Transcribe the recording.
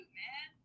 man